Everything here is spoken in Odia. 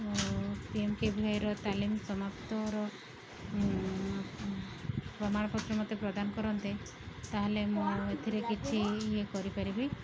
ପିଏମ୍କେଭିୱାଇର ତାଲିମ ସମାପ୍ତର ପ୍ରମାଣପତ୍ର ମୋତେ ପ୍ରଦାନ କରନ୍ତେ ତା'ହେଲେ ମୁଁ ଏଥିରେ କିଛି ଇଏ କରିପାରିବି